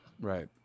Right